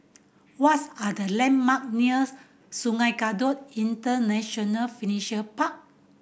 what's are the landmark nears Sungei Kadut International Furniture Park